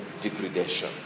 degradation